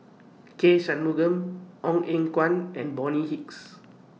K Shanmugam Ong Eng Guan and Bonny Hicks